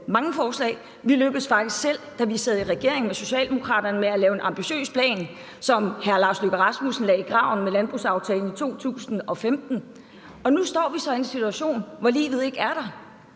mange forslag, og det lykkedes os faktisk, da vi sad i regering med Socialdemokraterne, at lave en ambitiøs plan, som hr. Lars Løkke Rasmussen lagde i graven med landbrugsaftalen i 2015. Og nu står vi så i en situation, hvor der ikke er